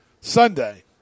Sunday